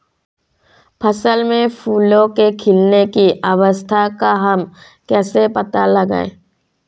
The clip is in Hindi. फसल में फूलों के खिलने की अवस्था का हम कैसे पता लगाएं?